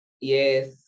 yes